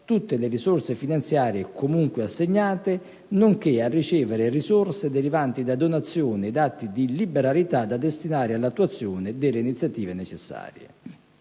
tutte le risorse finanziarie comunque assegnate nonché a ricevere risorse derivanti da donazioni ed atti di liberalità da destinare all'attuazione delle iniziative necessarie.